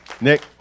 Nick